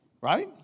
right